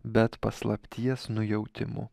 bet paslapties nujautimu